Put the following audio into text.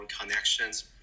connections